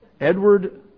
Edward